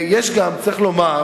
צריך לומר,